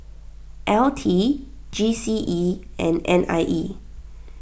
L T G C E and N I E